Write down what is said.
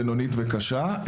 בינונית וקשה,